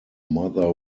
mother